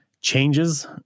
changes